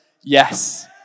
Yes